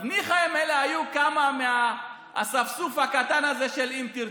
ניחא אם אלה היו כמה מהאספסוף הקטן הזה של אם תרצו,